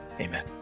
Amen